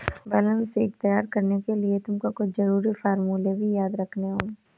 balance sheet तैयार करने के लिए तुमको कुछ जरूरी फॉर्मूले भी याद करने होंगे